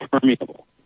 permeable